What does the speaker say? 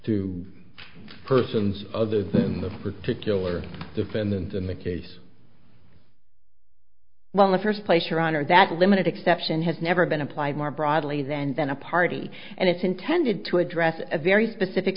to persons of the particular defendant in the case well in the first place your honor that limited exception has never been applied more broadly than than a party and it's intended to address a very specific